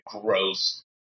gross